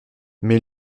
mais